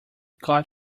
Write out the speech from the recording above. got